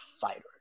fighter